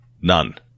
none